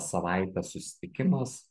savaitės susitikimas